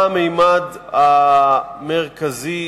מה הממד המרכזי